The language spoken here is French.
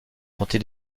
tenté